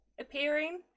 appearing